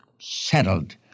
settled